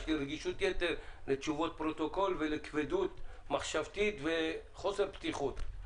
יש לי רגישות יתר לתשובות פרוטוקול ולכבדות מחשבתית ולחוסר פתיחות.